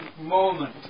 moment